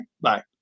Bye